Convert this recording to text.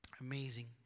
amazing